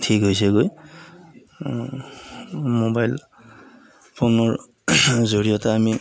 ঠিক হৈছেগৈ ম'বাইল ফোনৰ জৰিয়তে আমি